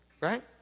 right